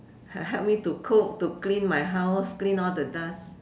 he~ help me to cook to clean my house clean all the dust